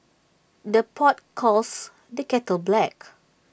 the pot calls the kettle black